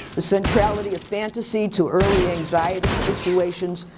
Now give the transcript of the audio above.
the centrality of fantasy to early anxiety situations,